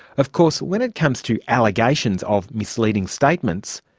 of course when it comes to allegations of misleading statements,